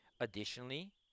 Additionally